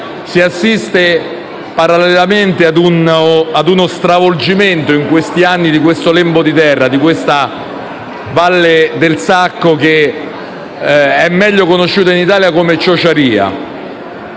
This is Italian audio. Si assiste, parallelamente, a uno stravolgimento in questi anni di questo lembo di terra, di questa Valle del Sacco, che è meglio conosciuta in Italia come Ciociaria.